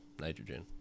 nitrogen